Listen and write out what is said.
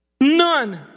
None